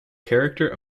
character